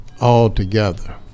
altogether